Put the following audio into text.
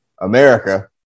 America